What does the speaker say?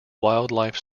wildlife